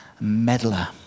meddler